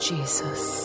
Jesus